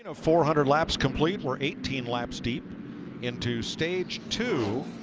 ah four hundred laps completed. we are eighteen laps deep into stage two.